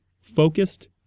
focused